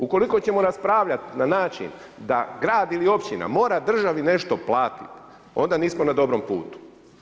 Ukoliko ćemo raspravljati na način da grad ili općina mora državi nešto platiti, onda nismo na dobrom putu.